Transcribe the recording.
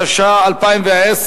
התש"ע 2010,